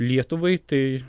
lietuvai tai